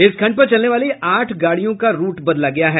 इस खंड पर चलने वाली आठ गाड़ियों का भी रूट बदला गया है